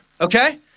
okay